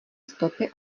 stopy